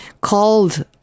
called